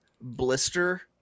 blister